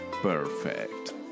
Perfect